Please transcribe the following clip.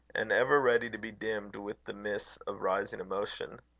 and ever ready to be dimmed with the mists of rising emotion.